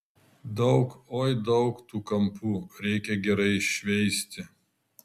daug oi daug tų kampų reikia gerai iššveisti